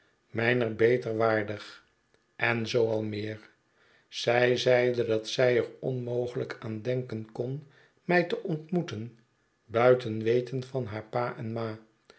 myner beter waardig en zoo al meer zij zeide dat zij er onmogelijk aan denken kon mij te ontmoeten buiten weten van haar pa en ma